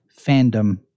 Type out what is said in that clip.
fandom